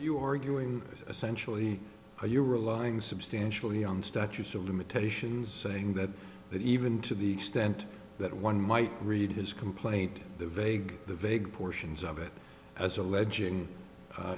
you arguing essentially are you relying substantially on statutes of limitations saying that that even to the extent that one might read his complaint the vague vague portions of it as alleging